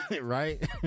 Right